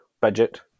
budget